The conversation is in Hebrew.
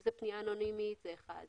אם זו פנייה אנונימית, זה אחד.